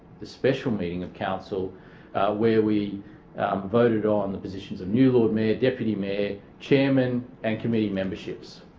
the special meeting of council where we voted on the positions of new lord mayor, deputy mayor, chairman and committee memberships.